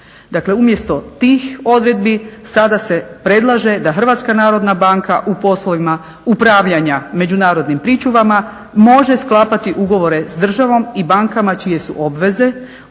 umjesto tih odredbi sada se predlaže da Hrvatska narodna banka u poslovima upravljanja međunarodnim pričuvama može sklapati ugovore s državom i bankama čije su obveze